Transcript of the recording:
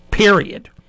Period